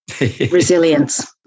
Resilience